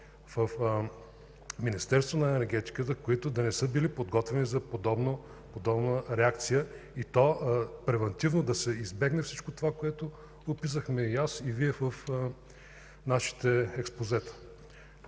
в Министерството на енергетиката, които да не са били подготвени за подобна реакция, и то превантивно да се избегне всичко това, което описахме и аз, и Вие в нашите експозета.